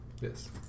Yes